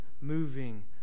moving